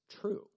true